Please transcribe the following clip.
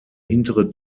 hintere